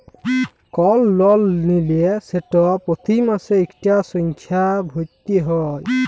call লল লিলে সেট পতি মাসে ইকটা সংখ্যা ভ্যইরতে হ্যয়